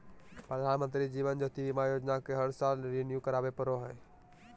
प्रधानमंत्री जीवन ज्योति बीमा योजना के हर साल रिन्यू करावे पड़ो हइ